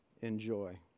Enjoy